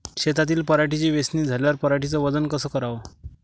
शेतातील पराटीची वेचनी झाल्यावर पराटीचं वजन कस कराव?